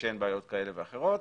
שאין בעיות כאלה ואחרות,